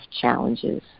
challenges